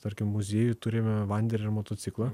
tarkim muziejuj turime vanderer motociklą